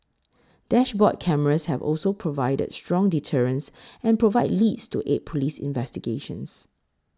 dashboard cameras have also provided strong deterrence and provided leads to aid police investigations